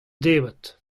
debret